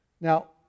Now